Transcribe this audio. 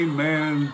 Amen